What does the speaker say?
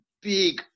big